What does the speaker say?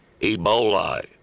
Ebola